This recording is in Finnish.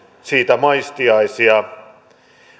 siitä maistiaisia